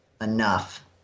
enough